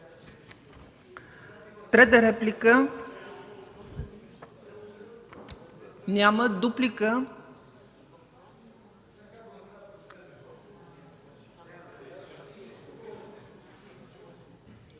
Трета реплика? Няма. Дуплика